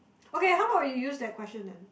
okay how about you use that question then